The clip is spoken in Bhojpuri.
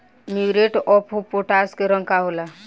म्यूरेट ऑफपोटाश के रंग का होला?